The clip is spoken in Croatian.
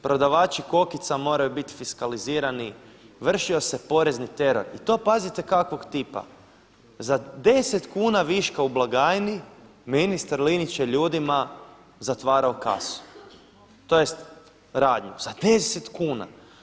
Prodavači kokica moraju biti fiskalizirani, vršio se porezni teror i to pazite kakvog tipa za 10 kuna viška u blagajni ministar Linić je ljudima zatvarao kasu tj. radnju za 10 kuna.